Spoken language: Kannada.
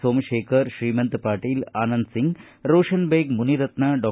ಸೋಮಶೇಖರ್ ಶ್ರೀಮಂತ್ ಪಾಟೀಲ್ ಆನಂದ ಸಿಂಗ್ ರೋಷನ್ ಬೇಗ್ ಮುನಿರತ್ನ ಡಾ